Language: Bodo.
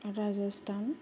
राजस्थान